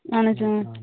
اَہَن حظ